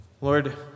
Lord